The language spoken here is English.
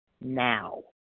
now